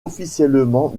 officiellement